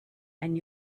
and